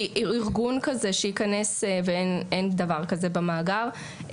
כי ארגון כזה שיכנס ואין דבר כזה במאגר,